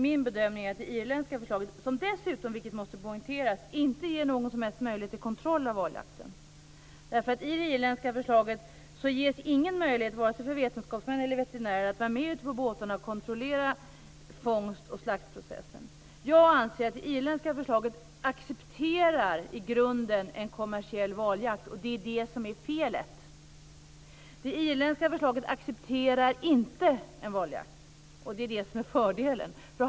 Min bedömning är att det irländska förslaget dessutom, vilket måste poängteras, inte ger någon som helst möjlighet till kontroll av valjakten. I det irländska förslaget ges ingen möjlighet vare sig för vetenskapsmän eller veterinärer att vara med ute på båtarna och kontrollera fångst och slaktprocessen. Jag anser att det irländska förslaget i grunden accepterar en kommersiell valjakt, och det är det som är felet. Det australiensiska förslaget accepterar inte valjakt. Det är det som är fördelen.